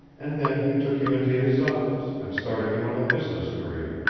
and then he took you into his office and started you on a business career.